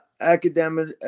academic